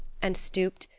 and stooped,